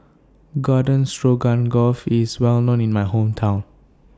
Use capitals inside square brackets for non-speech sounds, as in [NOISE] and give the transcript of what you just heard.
Garden [UNINTELLIGIBLE] IS Well known in My Hometown